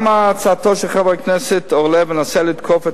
גם הצעתו של חבר הכנסת אורלב מנסה לתקוף את